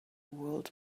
world